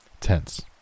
tense